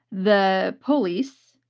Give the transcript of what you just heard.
the police,